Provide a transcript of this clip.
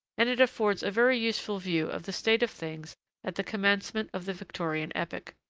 and it affords a very useful view of the state of things at the commencement of the victorian epoch.